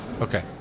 okay